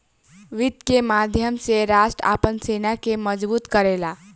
वित्त के माध्यम से राष्ट्र आपन सेना के मजबूत करेला